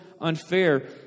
unfair